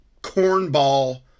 cornball